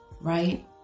right